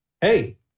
Hey